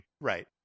Right